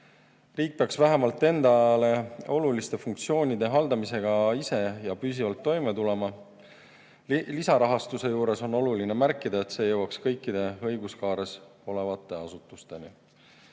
Riik peaks vähemalt endale oluliste funktsioonide haldamisega ise ja püsivalt toime tulema. Lisarahastuse kohta on oluline märkida, et see peaks jõudma kõikide õiguskaares olevate asutusteni. Eduka